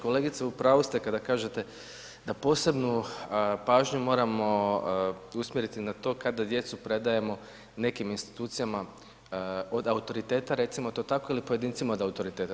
Kolegice, u pravu ste kada kažete da posebnu pažnju moramo usmjerit na to, kada djecu predajemo nekim institucijama, od autoriteta recimo to tako, ili pojedincima od autoriteta.